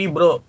Bro